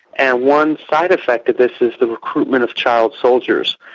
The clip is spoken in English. and one side effect of this is the recruitment of child soldiers.